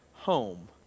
home